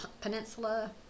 Peninsula